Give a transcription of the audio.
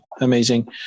Amazing